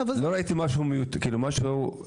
לא ראיתי משהו טכני.